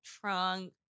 trunk